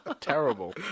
terrible